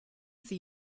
sie